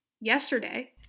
yesterday